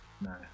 No